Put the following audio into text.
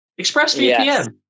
ExpressVPN